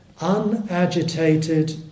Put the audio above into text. unagitated